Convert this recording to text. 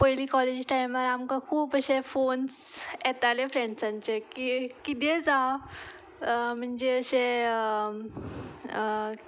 पयलीं कॉलेज टायमार आमकां खूब अशे फोन्स येताले फ्रेंड्सांचे की कितेंय जावं म्हणजे अशें